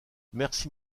merci